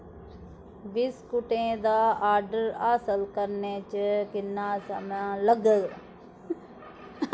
बिस्कुटें दा आर्डर हासल करने च किन्ना समां लग्गग